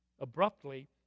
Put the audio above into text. Abruptly